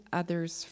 others